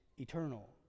eternal